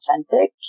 authentic